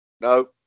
No